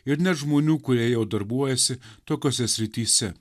ir net žmonių kurie jau darbuojasi tokiose srityse